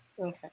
Okay